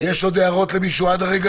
יש עוד הערות למישהו עד לרגע